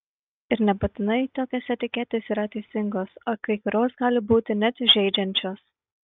ir nebūtinai tokios etiketės yra teisingos o kai kurios gali būti net žeidžiančios